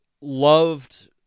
loved